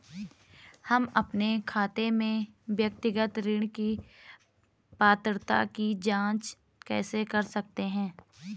हम अपने खाते में व्यक्तिगत ऋण की पात्रता की जांच कैसे कर सकते हैं?